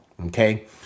Okay